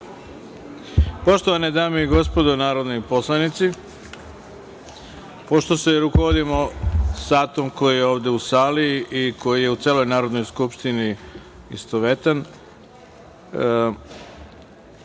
godini. Poštovane dame i gospodo narodni poslanici, pošto se rukovodimo satom koji je ovde u sali i koji je u celoj Narodnoj skupštini istovetan,